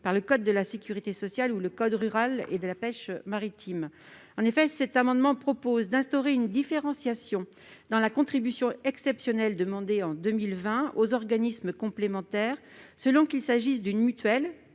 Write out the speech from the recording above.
le code de la sécurité sociale ou le code rural et de la pêche maritime. Il s'agit d'instaurer une différenciation dans la contribution exceptionnelle demandée en 2020 aux organismes complémentaires, selon qu'il s'agisse de mutuelles,